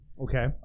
okay